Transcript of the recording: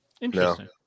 Interesting